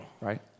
Right